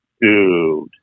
dude